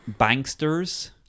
banksters